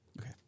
okay